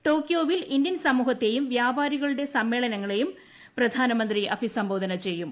ടോക്കിയോവിൽ Indian സമൂഹത്തെയും വ്യാപാരികളുടെ സമ്മേളനങ്ങളെയും പ്രധാനമന്ത്രി അഭിസംബോധന ചെയ്യും